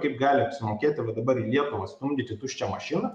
kaip gali apsimokėti va dabar į lietuvą stumdyti tuščią mašiną